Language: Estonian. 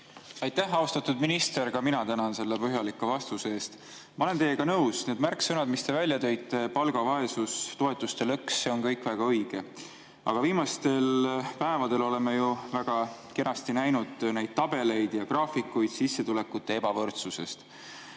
Aitäh! Austatud minister, ka mina tänan selle põhjaliku vastuse eest. Ma olen teiega nõus. Need märksõnad, mis te välja tõite – palgavaesus, toetuste lõks –, on kõik väga õiged. Viimastel päevadel oleme ju väga kenasti näinud neid tabeleid ja graafikuid sissetulekute ebavõrdsuse